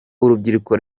urubyiruko